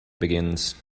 begins